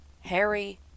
Harry